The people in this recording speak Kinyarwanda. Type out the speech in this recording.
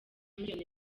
miliyoni